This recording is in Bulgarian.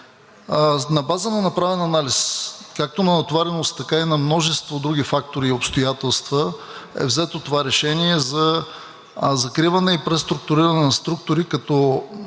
На база на направен анализ както на натовареност, така и на множество други фактори и обстоятелства, е взето това решение за закриване и преструктуриране на структури, като